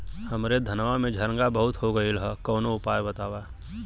हमरे धनवा में झंरगा बहुत हो गईलह कवनो उपाय बतावा?